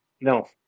No